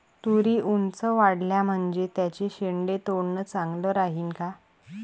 तुरी ऊंच वाढल्या म्हनजे त्याचे शेंडे तोडनं चांगलं राहीन का?